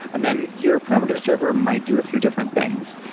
and then your parameter server might do a few different things.